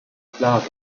plaza